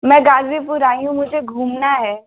मैं ग़ाज़ीपुर आई हूँ मुझे घूमना है